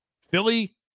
Philly